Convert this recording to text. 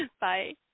Bye